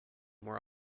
were